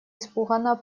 испуганно